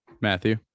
Matthew